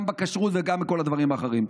גם בכשרות וגם בכל הדברים האחרים.